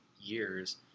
years